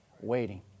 Waiting